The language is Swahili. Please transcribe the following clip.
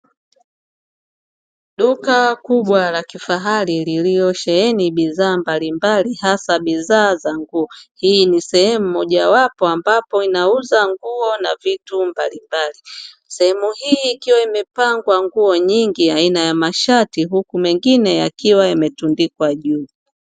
Duka kubwa la kifahali lililo sheheni bidhaa mbalimbali hasa bidhaa za nguo hii ni sehemu mojawapo ambapo inauza nguo na vitu mbalimbali. sehemu hii ikiwa imepangwa nguo nyingi aina ya mashati huku mengine yakiwa yametundikwa juu.